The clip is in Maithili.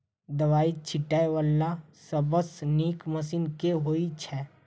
दवाई छीटै वला सबसँ नीक मशीन केँ होइ छै?